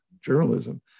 journalism